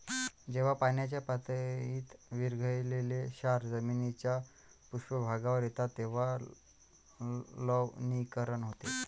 जेव्हा पाण्याच्या पातळीत विरघळलेले क्षार जमिनीच्या पृष्ठभागावर येतात तेव्हा लवणीकरण होते